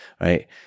right